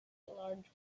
large